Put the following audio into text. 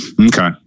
Okay